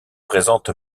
présente